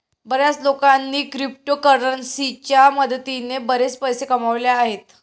बर्याच लोकांनी क्रिप्टोकरन्सीच्या मदतीने बरेच पैसे कमावले आहेत